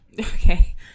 okay